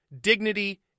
dignity